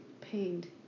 pained